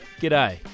g'day